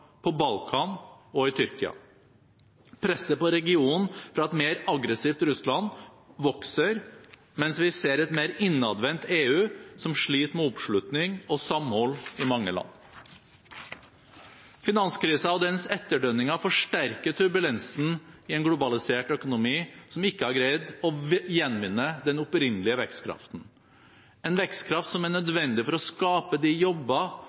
på Balkan og i Tyrkia. Presset på regionen fra et mer aggressivt Russland vokser, mens vi ser et mer innadvendt EU, som sliter med oppslutning og samhold i mange land. Finanskrisen og dens etterdønninger forsterket turbulensen i en globalisert økonomi som ikke har greid å gjenvinne den opprinnelige vekstkraften, en vekstkraft som er nødvendig for å skape de jobber